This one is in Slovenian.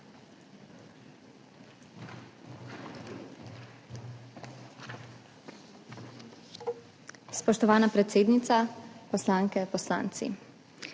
Spoštovana predsednica, poslanke, poslanci!